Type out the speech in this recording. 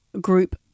group